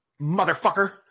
motherfucker